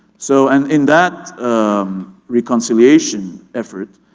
so and in that reconciliation effort,